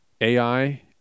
AI